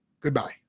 Goodbye